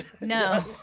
No